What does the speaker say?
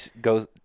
goes